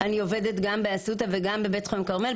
אני עובדת גם באסותא וגם בבית חולים כרמל,